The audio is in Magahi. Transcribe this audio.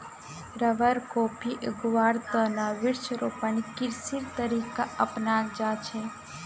रबर, कॉफी उगव्वार त न वृक्षारोपण कृषिर तरीका अपनाल जा छेक